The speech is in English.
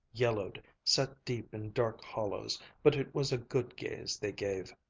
yellowed, set deep in dark hollows but it was a good gaze they gave.